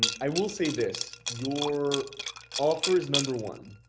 and i will say this, your offer is number one,